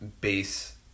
base